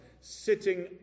sitting